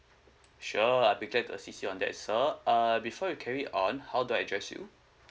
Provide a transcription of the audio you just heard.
sure I'd be glad to assist you on that sir uh before we carry on how do I address you